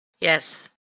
Yes